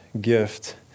Gift